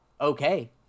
okay